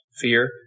fear